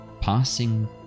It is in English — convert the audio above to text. passing